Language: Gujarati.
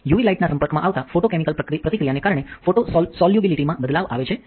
યુવી લાઇટના સંપર્કમાં આવતા ફોટોકેમિકલ પ્રતિક્રિયાને કારણે ફોટો સોલ્યુબીલીટીમાં બદલાવ આવે છે છે